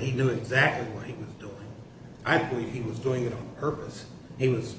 he knew exactly right i believe he was doing it on purpose he was